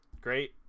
Great